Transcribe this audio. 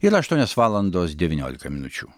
yra aštuonios valandos devyniolika minučių